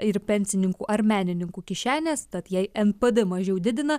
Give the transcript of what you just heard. ir pensininkų ar menininkų kišenės tad jei npd mažiau didina